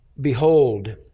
Behold